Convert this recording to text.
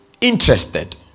interested